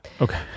Okay